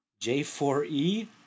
J4E